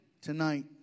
tonight